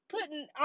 putting